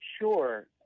sure